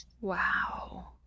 Wow